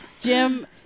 Jim